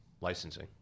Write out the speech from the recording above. licensing